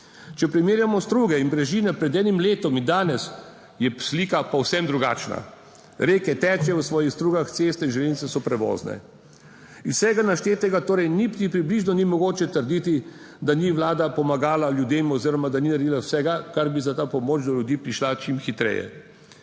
Če primerjamo struge in brežine pred enim letom in danes, je slika povsem drugačna: reke tečejo v svojih strugah, ceste in železnice so prevozne. Iz vsega naštetega torej niti približno ni mogoče trditi, da ni Vlada pomagala ljudem oziroma da ni naredila vsega, kar bi za ta pomoč do ljudi prišla čim hitreje.